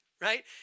right